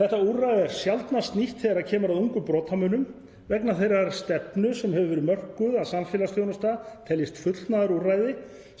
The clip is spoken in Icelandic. Þetta úrræði er sjaldnast nýtt þegar kemur að ungum brotamönnum vegna þeirrar stefnu sem hefur verið mörkuð að samfélagsþjónusta teljist fullnustuúrræði